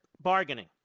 bargaining